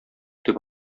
дип